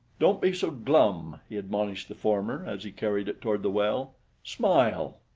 don't be so glum, he admonished the former as he carried it toward the well smile!